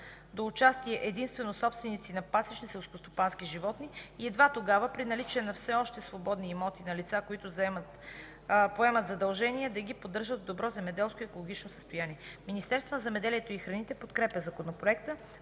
до участие единствено собственици на пасищни селскостопански животни и едва тогава, при наличие на все още свободни имоти, на лица, които поемат задължение да ги поддържат в добро земеделско и екологично състояние. Министерството на земеделието и храните подкрепя законопроекта.